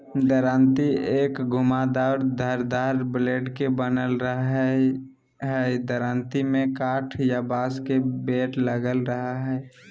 दरांती एक घुमावदार धारदार ब्लेड के बनल रहई हई दरांती में काठ या बांस के बेट लगल रह हई